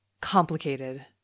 complicated